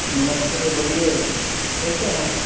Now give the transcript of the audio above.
नमस्ते बोलिये कैसे हैं